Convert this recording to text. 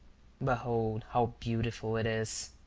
behold how beautiful it is.